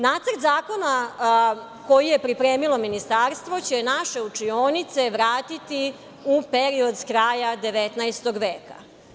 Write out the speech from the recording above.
Nacrt zakona koji je pripremilo ministarstvo će naše učinioce vratiti u period sa kraja 19. veka.